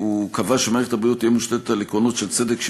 הוא קבע שמערכת הבריאות תהיה מושתתת על עקרונות של צדק,